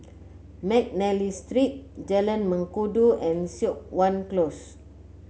McNally Street Jalan Mengkudu and Siok Wan Close